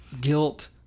guilt